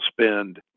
spend